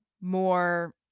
more